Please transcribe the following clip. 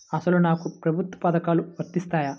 అసలు నాకు ప్రభుత్వ పథకాలు వర్తిస్తాయా?